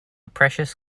precious